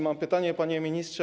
Mam pytanie, panie ministrze.